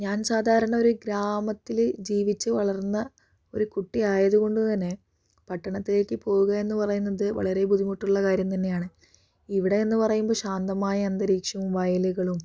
ഞാൻ സാധാരണ ഒരു ഗ്രാമത്തില് ജീവിച്ച് വളർന്ന ഒരു കുട്ടി ആയത് കൊണ്ട് തന്നെ പട്ടണത്തിലേക്ക് പോകുകയെന്ന് പറയുന്നത് വളരെ ബുദ്ധിമുട്ടുള്ള കാര്യം തന്നെയാണ് ഇവിടെയെന്ന് പറയുമ്പോൾ ശാന്തമായ അന്തരീക്ഷവും വയലുകളും